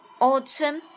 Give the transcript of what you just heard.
autumn